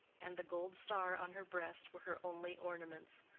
and the gold star on her breast, were her only ornaments.